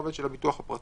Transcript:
הרובד של הביטוח הפרטי.